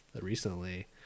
recently